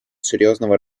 серьезного